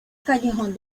callejón